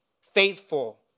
Faithful